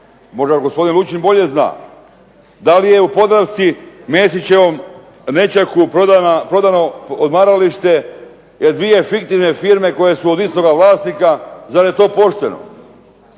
Možda gospodin Lučin bolje zna. Da li je u Podravci, Mesićevom nećaku prodano odmaralište jer 2 fiktivne firme koje su od istoga vlasnika, zar je to pošteno?